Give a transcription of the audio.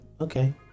Okay